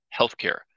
healthcare